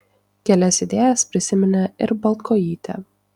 kelias idėjas prisiminė ir baltkojytė